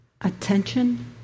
Attention